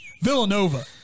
Villanova